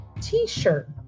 t-shirt